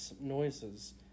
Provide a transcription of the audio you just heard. noises